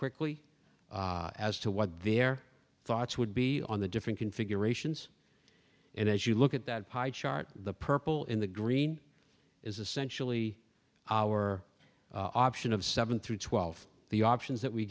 quickly as to what their thoughts would be on the different configurations and as you look at that chart the purple in the green is essentially our option of seven through twelve the options that we